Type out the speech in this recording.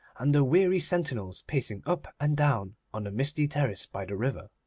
and the weary sentinels pacing up and down on the misty terrace by the river.